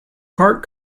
part